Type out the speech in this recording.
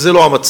וזה לא המצב.